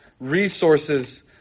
resources